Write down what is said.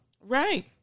Right